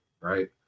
right